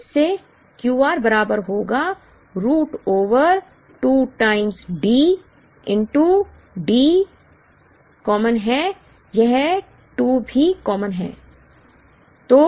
जिससे Q r बराबर होगा रूट ओवर 2 टाइम्स D Dआमकॉमन है यह 2 भी आम कॉमन है